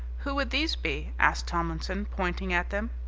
who would these be? asked tomlinson, pointing at them.